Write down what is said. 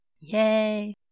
Yay